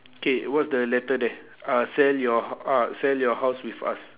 K what's the letter there uh sell your h~ uh sell your house with us